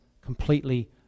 completely